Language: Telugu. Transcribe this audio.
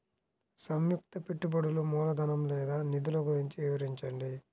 సంయుక్త పెట్టుబడులు మూలధనం లేదా నిధులు గురించి వివరించండి?